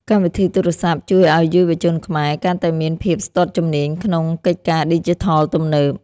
កម្មវិធីទូរសព្ទជួយឱ្យយុវជនខ្មែរ កាន់តែមានភាពស្ទាត់ជំនាញក្នុងកិច្ចការឌីជីថលទំនើប។